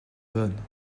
bonnes